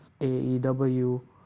aew